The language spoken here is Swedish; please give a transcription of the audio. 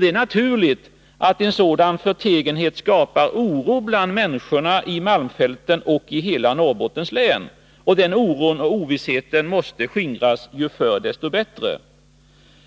Det är naturligt att en sådan förtegenhet skapar oro bland människorna i malmfälten och i hela Norrbottens län. Den oron och ovissheten måste skingras — ju förr desto bättre.